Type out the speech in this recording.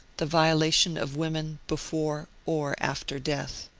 the violation of women before or after death.